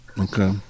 Okay